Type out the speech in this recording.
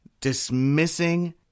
dismissing